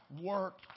work